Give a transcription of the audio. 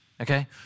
Okay